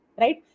right